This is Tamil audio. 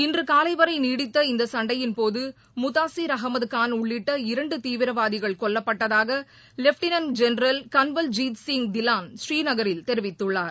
இன்று காலை வரை நீடித்த இந்த சண்டையிள் போது முதாஸீர் அகமது காள் உள்ளிட்ட இரண்டு தீவிரவாதிகள் கொல்லப்பட்டதாக lieutenant general Kanwaljit Singh திவான் ஸ்ரீநகரில் தெரிவித்துள்ளார்